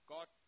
God